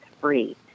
free